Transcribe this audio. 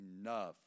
enough